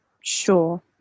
sure